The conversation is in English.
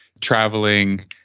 traveling